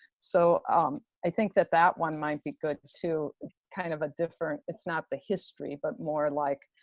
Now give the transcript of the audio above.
so i think that that one might be good to kind of a different, it's not the history but more like,